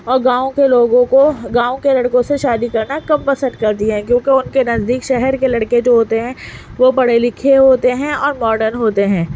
اور گاؤں کے لوگوں کو گاؤں کے لڑکوں سے شادی کرنا کم پسند کرتی ہیں کیونکہ ان کے نزدیک شہر کے لڑکے جو ہوتے ہیں وہ پڑھے لکھے ہوتے ہیں اور ماڈن ہوتے ہیں